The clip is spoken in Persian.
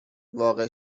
واقع